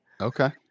Okay